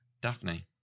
Daphne